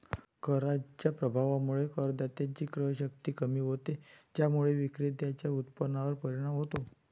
कराच्या प्रभावामुळे करदात्याची क्रयशक्ती कमी होते, ज्यामुळे विक्रेत्याच्या उत्पन्नावर परिणाम होतो